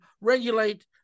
regulate